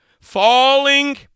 Falling